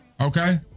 Okay